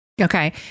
Okay